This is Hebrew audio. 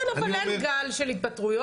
כן, אבל אין גל של התפטרויות.